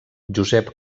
josep